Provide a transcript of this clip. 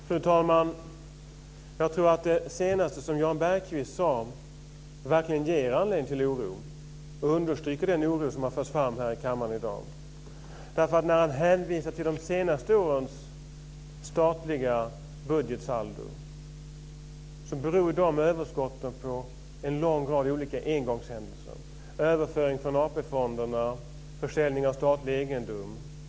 Fru talman! Jag tror att det senaste som Jan Bergqvist sade verkligen ger anledning till oro och understryker den oro som försvann här i kammaren i dag. Han hänvisar till de senaste årens statliga budgetsaldo, men överskotten där beror ju på en lång rad olika engångshändelser, t.ex. överföring från AP fonderna och försäljning av statlig egendom.